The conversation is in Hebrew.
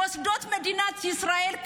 מוסדות מדינת ישראל?